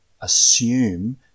assume